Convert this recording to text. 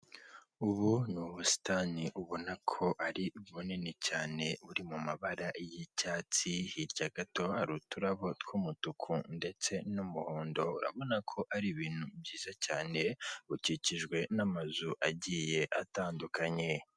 Ubu ni ubusitani ubona ko ari bunini cyane buri mu mabara y'icyatsi, hirya gato hari uturabo tw'umutuku ndetse n'umuhondo, urabona ko ari ibintu byiza cyane bukikijwe n'amazu agiye atandukanye.